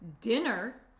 dinner